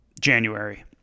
January